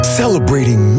celebrating